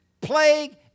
plague